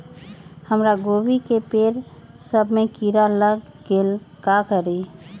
हमरा गोभी के पेड़ सब में किरा लग गेल का करी?